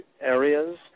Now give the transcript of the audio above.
areas